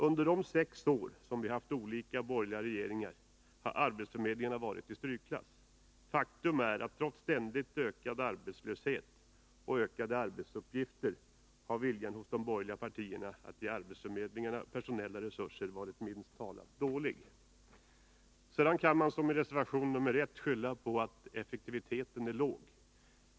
Under de sex år som vi har haft olika borgerliga regeringar har arbetsförmedlingarna varit i strykklass. Faktum är att trots ständigt ökad arbetslöshet och ökade arbetsuppgifter för arbetsförmedlingarna har viljan hos de borgerliga partierna att ge arbetsförmedlingarna personalla resurser varit milt sagt dålig. Sedan kan man som i reservationen nr 1 skylla på att effektiviteten är låg.